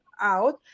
out